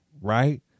right